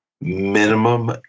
minimum